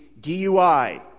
DUI